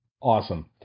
awesome